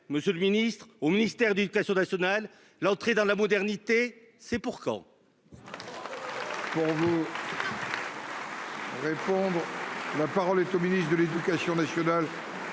Monsieur le Ministre, au ministère de l'Éducation nationale. L'entrée dans la modernité, c'est pour quand.